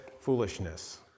foolishness